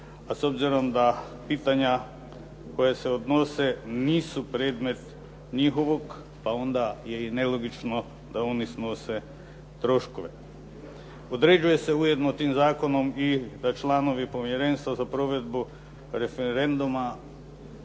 a s obzirom da pitanja koja se odnose nisu predmet njihovog pa onda je i nelogično da oni snose troškove. Određuje se ujedno tim zakonom i da članovi Povjerenstva za provedbu referenduma